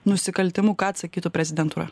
nusikaltimu ką atsakytų prezidentūra